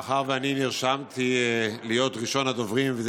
מאחר שאני נרשמתי להיות ראשון הדוברים וזה